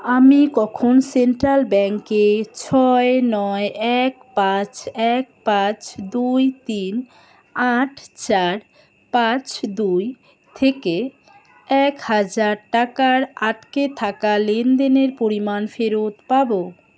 আমি কখন সেন্ট্রাল ব্যাঙ্কে ছয় নয় এক পাঁচ এক পাঁচ দুই তিন আট চার পাঁচ দুই থেকে এক হাজার টাকার আটকে থাকা লেনদেনের পরিমাণ ফেরত পাব